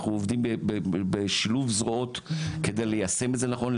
אנחנו עובדים בשילוב זרועות כדי ליישם את זה נכון,